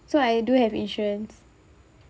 so I do have insurance